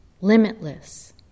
limitless